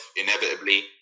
inevitably